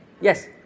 Yes